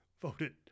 Voted